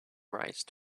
rice